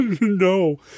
No